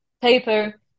paper